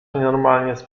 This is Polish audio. nienormalnie